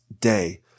day